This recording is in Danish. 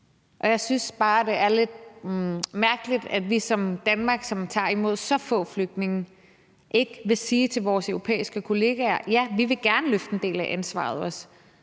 Jeg synes bare, at det er lidt mærkeligt, at vi i Danmark, som tager imod så få flygtninge, ikke vil sige til vores europæiske kollegaer: Ja, vi vil også gerne løfte en del af ansvaret.